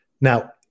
Now